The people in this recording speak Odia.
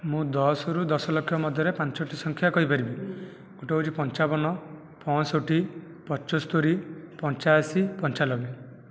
ମୁଁ ଦଶ ରୁ ଦଶଲକ୍ଷ ମଧ୍ୟରେ ପାଞ୍ଚଟି ସଂଖ୍ୟା କହିପାରିବି ଗୋଟିଏ ହେଉଛି ପଞ୍ଚାବନ ପଞ୍ଚଷଠି ପଞ୍ଚସ୍ତରୀ ପଞ୍ଚାଅଶୀ ପଞ୍ଚାଲବେ